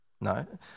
No